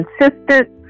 consistent